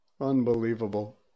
Unbelievable